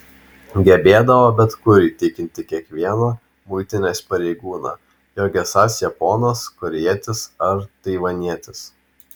gebėdavo bet kur įtikinti kiekvieną muitinės pareigūną jog esąs japonas korėjietis ar taivanietis